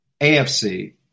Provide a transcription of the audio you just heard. AFC